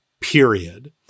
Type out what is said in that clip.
Period